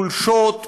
חולשות,